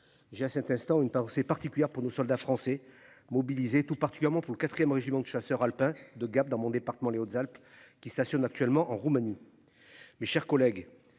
J'ai à cet instant une pensée particulière pour nos soldats français mobilisés et tout particulièrement pour le 4ème régiment de chasseurs alpins de Gap, dans mon département des Hautes-Alpes qui stationnent actuellement en Roumanie. Mes chers collègues.